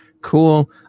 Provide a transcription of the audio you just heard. cool